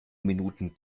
minuten